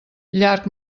llarg